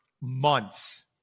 months